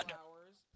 hours